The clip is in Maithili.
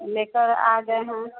लेकर आ गए हैं